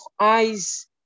eyes